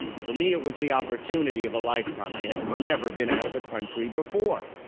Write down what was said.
for me, it was the opportunity of a lifetime, i had never been out of the country before,